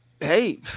hey